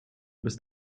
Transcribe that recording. bist